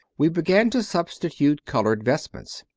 we began to substitute coloured vestments.